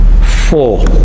four